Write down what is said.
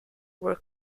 were